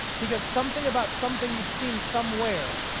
because something about something you've seen somewhere,